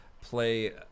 play